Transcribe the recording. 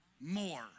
More